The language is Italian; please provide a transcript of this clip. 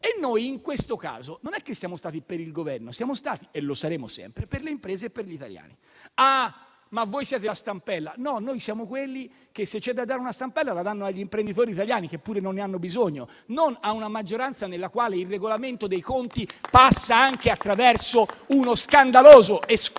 Noi, in questo caso, non siamo stati per il Governo: siamo stati, come saremo sempre, per le imprese e per gli italiani. Ci viene detto: ma voi siete la stampella. No, noi siamo quelli che, se c'è da dare una stampella, la danno agli imprenditori italiani, che pure non ne hanno bisogno, non ad una maggioranza nella quale il regolamento dei conti passa anche attraverso uno scandaloso e